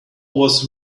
was